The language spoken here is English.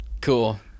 Cool